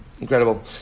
Incredible